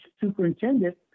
superintendent